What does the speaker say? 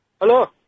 Hello